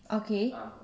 okay